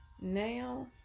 Now